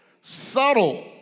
subtle